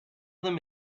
them